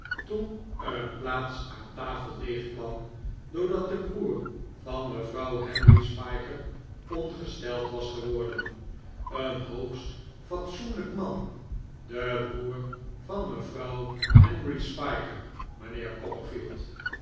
toen er een plaats aan tafel leeg kwam doordat de broer van mevrouw henry spiker ongesteld was geworden een hoogst fatsoenlijk man de broer van mevrouw henry spiker mijnheer